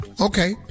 Okay